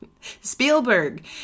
Spielberg